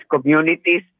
communities